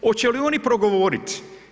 Hoće li oni progovoriti?